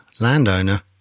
landowner